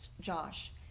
Josh